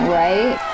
right